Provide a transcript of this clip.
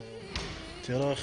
את הגעגוע,